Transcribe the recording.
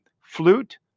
flute